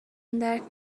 درک